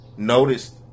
Noticed